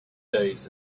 days